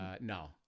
No